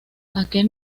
aquel